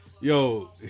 yo